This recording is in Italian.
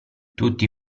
tutti